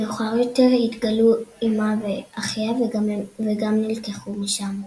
מאוחר יותר התגלו אמה ואחיה וגם נלקחו משם.